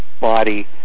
body